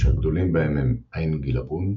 שהגדולים בהם הם עין גילבון,